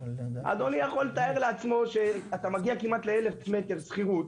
אדוני יכול לתאר לעצמו שאתה מגיע לכמעט 1,000 מטר שכירות.